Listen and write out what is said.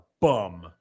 bum